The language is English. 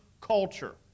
culture